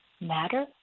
matter